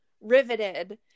riveted